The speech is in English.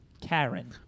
Karen